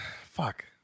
Fuck